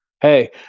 Hey